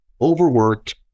overworked